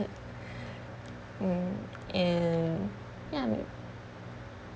mm um ya